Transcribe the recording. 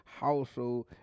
household